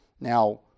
Now